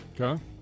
Okay